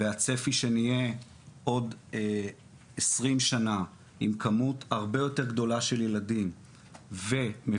והצפי שנהיה עוד 20 שנה עם כמות הרבה יותר גדולה של ילדים ומבוגרים,